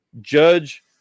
judge